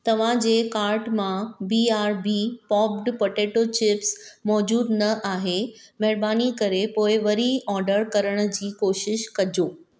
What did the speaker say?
तव्हां जे कार्ट मां B R B popped potato chips मौजूद न आहे महिरबानी करे पोइ वरी ऑर्डर करण जी कोशिशि कजो